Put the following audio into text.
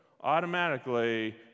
automatically